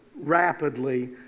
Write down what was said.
rapidly